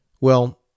well